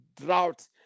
drought